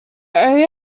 area